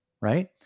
Right